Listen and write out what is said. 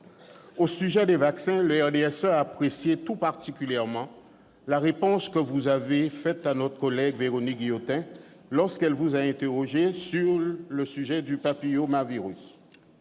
Au sujet des vaccins, le RDSE a apprécié tout particulièrement la réponse que vous avez faite à notre collègue Véronique Guillotin lorsqu'elle vous a interrogée au sujet du papillomavirus.